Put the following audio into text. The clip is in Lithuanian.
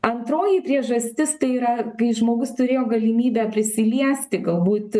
antroji priežastis tai yra kai žmogus turėjo galimybę prisiliesti galbūt